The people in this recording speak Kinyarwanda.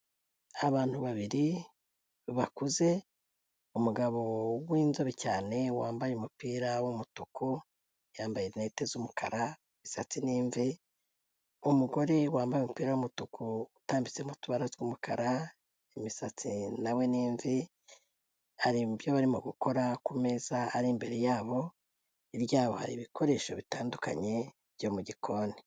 Abantu babiri bakuze, umugabo w'inzobe cyane wambaye umupira w'umutuku, yambaye rinete z'umukara, imisatsi ni imvi, umugore wambaye umupira w'umutuku utambitsemo utubara tw'umukara, imisatsi nawe ni imvi hari ibyo barimo gukora ku meza ari imbere yabo, hirya yabo hari ibikoresho bitandukanye byo mu gikoni.